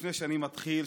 לפני שאני מתחיל,